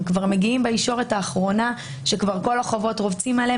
הם כבר מגיעים בישורת האחרונה כאשר כל החובות רובצים עליהם